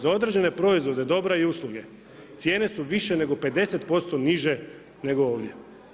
Za određene proizvode dobra i usluge cijene su više nego 50% niže nego ovdje.